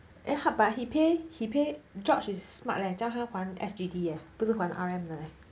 eh 他 but he pay he pay george is smart leh 叫他还 S_G_D eh 不是还 R_M eh